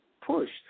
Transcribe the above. pushed